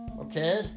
Okay